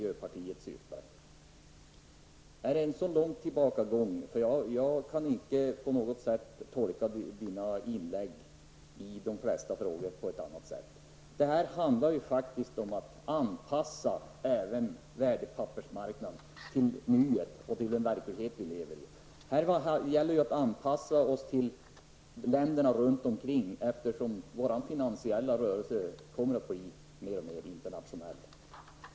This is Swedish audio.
Är det en så lång tillbakagång som miljöpartiet vill ha? Jag kan inte tolka Lars Norbergs inlägg i de flesta sammanhang på något annat sätt. Det handlar faktiskt om att anpassa även värdepappersmarknaden till nuet och den verklighet som vi lever i. Det gäller att anpassa oss till länderna runt omkring oss, eftersom de finansiella rörelserna kommer att bli mer och mer internationella.